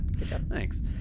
thanks